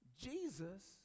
Jesus